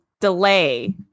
delay